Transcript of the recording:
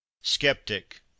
Skeptic